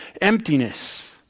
emptiness